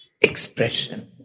expression